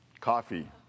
Coffee